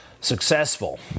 successful